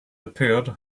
appeared